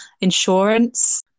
insurance